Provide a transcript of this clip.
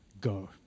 go